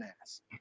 ass